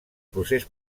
procés